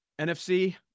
NFC